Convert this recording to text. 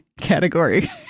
category